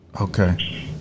Okay